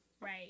Right